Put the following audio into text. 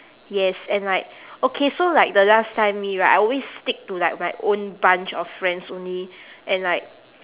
yes and like okay so like the last time me right I always stick to like my own bunch of friends only and like